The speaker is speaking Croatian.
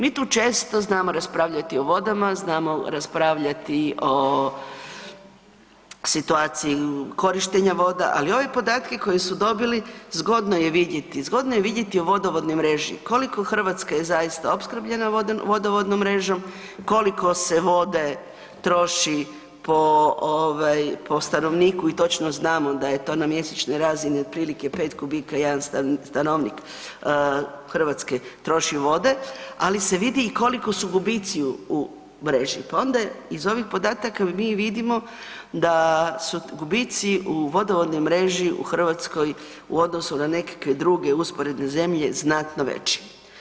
Mi tu često znamo raspravljati o vodama, znamo raspravljati o situaciji korištenja voda, ali ove podatke koje su dobili, zgodno je vidjeti, zgodno je vidjeti u vodovodnoj mreži, koliko Hrvatska je zaista opskrbljena vodom, vodovodnom mrežom, koliko se vode troši po stanovniku i točno znamo da je to na mjesečnoj razini otprilike 4 kubika jedan stanovnik Hrvatske troši vode, ali se vidi i koliko su gubitci u mreži, pa onda je iz ovih podataka mi vidimo da su gubitci u vodovodnoj mreži u Hrvatskoj u odnosu na nekakve druge usporedne zemlje znatno veći.